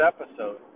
episode